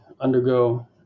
undergo